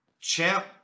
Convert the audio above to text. Champ